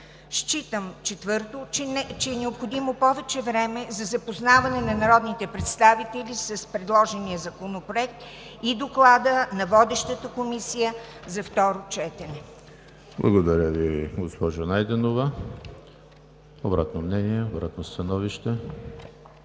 считам, че е необходимо повече време за запознаване на народните представители с предложения законопроект и Доклада на водещата Комисия за второ четене. ПРЕДСЕДАТЕЛ ЕМИЛ ХРИСТОВ: Благодаря Ви, госпожо Найденова. Обратно мнение, обратно становище?